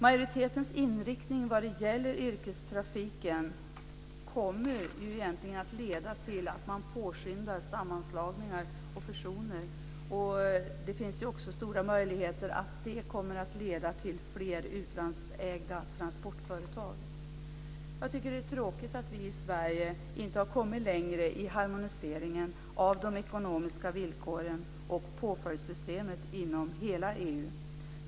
Majoritetens inriktning vad det gäller yrkestrafiken kommer att leda till att man påskyndar sammanslagningar och fusioner. Det finns också stora möjligheter att detta kommer att leda till fler utlandsägda transportföretag. Jag tycker att det är tråkigt att vi i Sverige inte har kommit längre i harmoniseringen av de ekonomiska villkoren och påföljdssystemet inom hela EU.